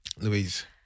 Louise